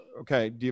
Okay